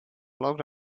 looked